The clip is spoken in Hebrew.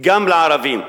גם לערבים.